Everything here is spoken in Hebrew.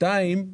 שנית,